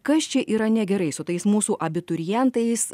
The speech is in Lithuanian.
kas čia yra negerai su tais mūsų abiturientais